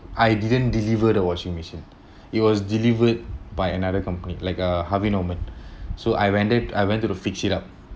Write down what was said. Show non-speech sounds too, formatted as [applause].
I didn't deliver the washing machine it was delivered by another company like uh Harvey Norman [breath] so I went there I went there to fix it up